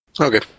Okay